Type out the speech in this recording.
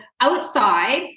outside